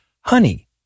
Honey